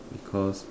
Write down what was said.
because